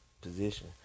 position